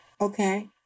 Okay